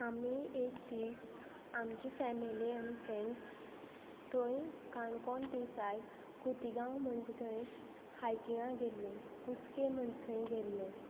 आमी एक दीस आमची फॅमिली आनी फ्रेंड्स थंय काणकोण ती सायड खोतीगांव म्हणटा थंय हायकिंगा गेल्लीं कुस्के म्हणटा थंय गेल्लीं